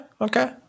okay